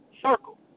circle